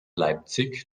leipzig